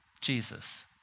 Jesus